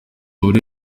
buri